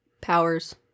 powers